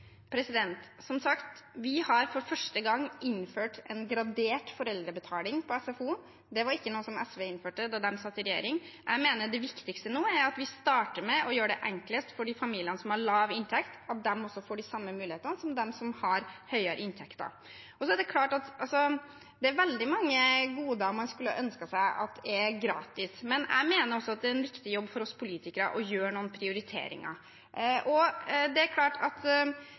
Som sagt, vi har for første gang innført en gradert foreldrebetaling på SFO. Det var ikke noe som SV innførte da de satt i regjering. Jeg mener det viktigste nå er at vi starter med å gjøre det enklest for de familiene som har lav inntekt, at de også får de samme mulighetene som dem som har høyere inntekter. Det er veldig mange goder man skulle ønske var gratis, men jeg mener også at det er en viktig jobb for oss politikere å gjøre noen prioriteringer. Jeg mener faktisk det er viktigere at vi sikrer tilgang til SFO for familier med lav inntekt, enn at vi sørger for at